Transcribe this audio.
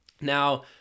now